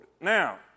Now